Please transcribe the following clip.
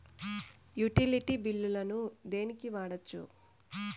Utility బిల్లులను దేనికి వాడొచ్చు?